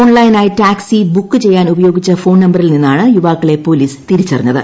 ഓൺലൈനായി taxi book ചെയ്യാൻ ഉപയോഗിച്ചു ഫോൺ നമ്പറിൽ നിന്നാണ് യുവാക്കളെ പോലീസ് തിരിച്ചറിഞ്ഞത്